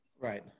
Right